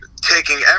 taking